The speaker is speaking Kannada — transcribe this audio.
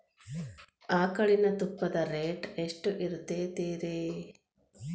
ಆಕಳಿನ ತುಪ್ಪದ ರೇಟ್ ಎಷ್ಟು ಇರತೇತಿ ರಿ?